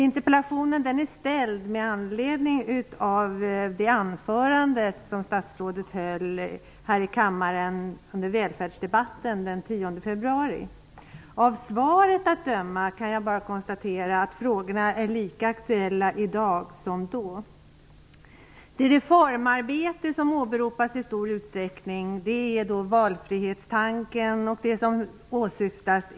Interpellationen är ställd med anledning av det anförande som statrådet höll här i kammaren under välfärdsdebatten den 10 februari. Av svaret att döma är frågorna lika aktuella i dag som då. Det reformarbete som åberopas i stor utsträckning gäller valfrihetstanken, och husläkarreformen åsyftas.